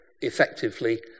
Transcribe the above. effectively